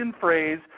phrase